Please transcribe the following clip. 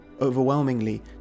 overwhelmingly